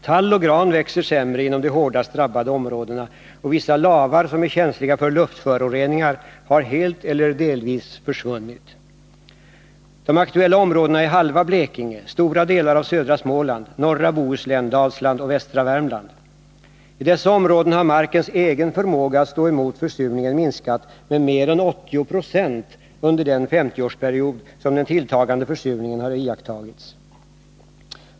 Tall och gran växer sämre inom de hårdast drabbade områdena, och vissa lavar som är känsliga för luftföroreningar har helt eller delvis försvunnit. De aktuella områdena är halva Blekinge, stora delar av södra Småland, norra Bohuslän, Dalsland och västra Värmland. I dessa områden har markens egen förmåga att stå emot försurningen minskat med mer än 80 96 under den 50-årsperiod då den tilltagande försurningen har iakttagits.